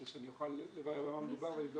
כדי שאוכל לברר על מה מדובר.